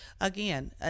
again